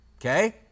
okay